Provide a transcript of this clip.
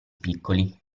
piccoli